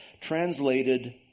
Translated